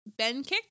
Benkick